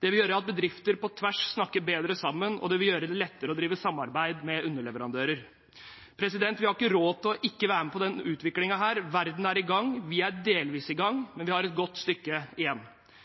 Det vil gjøre at bedrifter på tvers snakker bedre sammen, og det vil gjøre det lettere å drive samarbeid med underleverandører. Vi har ikke råd til ikke å være med på denne utviklingen. Verden er i gang – vi er delvis i gang, men vi har et godt stykke igjen.